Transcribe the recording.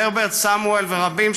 הרברט סמואל ורבים,